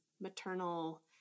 maternal